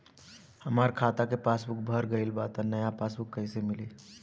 हमार खाता के पासबूक भर गएल बा त नया पासबूक कइसे मिली?